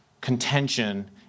contention